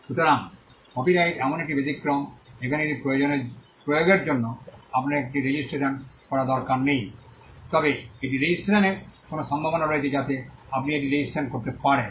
সুতরাং কপিরাইট এমন একটি ব্যতিক্রম যেখানে এটির প্রয়োগের জন্য আপনার এটি রেজিস্ট্রেশন করার দরকার নেই তবে এটি রেজিস্ট্রেশন এর কোনও সম্ভাবনা রয়েছে যাতে আপনি এটি রেজিস্ট্রেশন করতে পারেন